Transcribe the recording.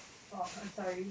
oh I'm sorry